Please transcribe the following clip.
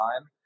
time